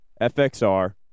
FXR